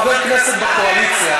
חבר כנסת בקואליציה,